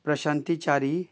Prashanti Chari